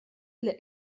для